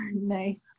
Nice